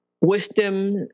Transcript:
wisdom